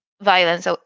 violence